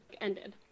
ended